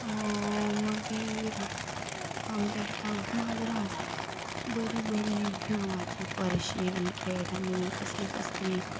मागीर आमचीं आतां माजरां आसतात बरीं बरीं नांवांचीं पर्शियन कॅट आनी कसलीं कसलीं